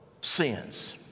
sins